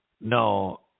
No